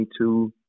22